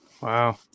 Wow